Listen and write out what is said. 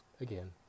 Again